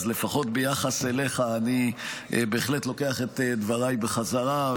אז לפחות ביחס אליך אני בהחלט לוקח את דבריי בחזרה.